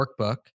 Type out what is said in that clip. workbook